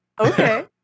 okay